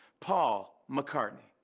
paul mccartney.